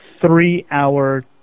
three-hour